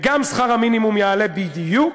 וגם שכר המינימום יעלה, בדיוק